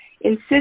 insist